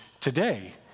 today